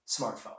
smartphone